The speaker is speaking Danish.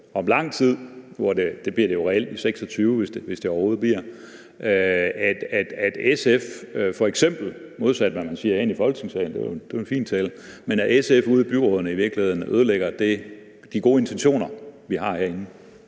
om lang tid, og det bliver jo reelt først i 2026, hvis det overhovedet bliver til noget – at SF f.eks. modsat, hvad man siger herinde i Folketingssalen, for det var en fin tale, ude i byrådene i virkeligheden ødelægger de gode intentioner, vi har herinde.